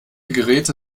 geräte